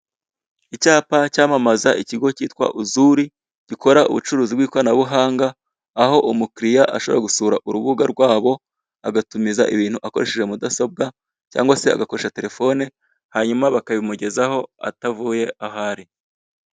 Icyapa cyamamaza ikigo kitwa uzuri gikora ubucuruzi bw'ikoranabuhanga aho umukiriya ashobora gusura urubuga rwabo agatumiza ibintu akoresheje telefone cyangwa se agakoresha telefone hanyuma bakabimugezaho atavuye aho ari.